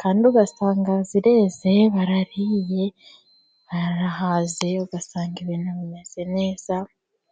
kandi ugasanga zireze barariye barahaze ugasanga ibintu bimeze neza.